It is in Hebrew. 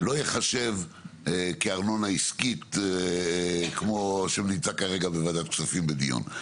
לא ייחשב כארנונה עסקית כמו שהוא נמצא כרגע בוועדת כספים בדיון.